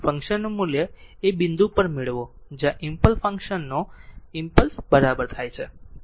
ફંકશનનું મૂલ્ય એ બિંદુ પર મેળવો જ્યાં ઈમ્પલસ ફંક્શન ઈમ્પલસ બરાબર થાય છે